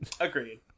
agreed